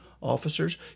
officers